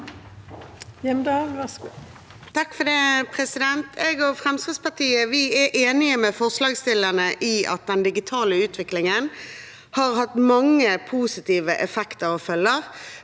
Fremskritts- partiet er enige med forslagsstillerne i at den digitale utviklingen har hatt mange positive effekter og følger